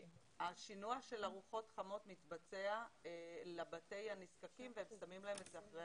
השינוע של ארוחות חמות מתבצע לבתי הנזקקים ואנחנו משאירים להם את הארוחה